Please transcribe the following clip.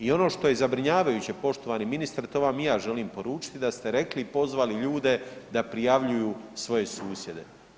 I ono što je zabrinjavajuće poštovani ministre to vam i ja želim poručiti da ste rekli i pozvali ljude da prijavljuju svoje susjede.